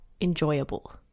enjoyable